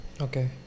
Okay